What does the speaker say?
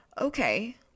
okay